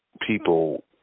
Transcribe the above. people